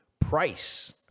price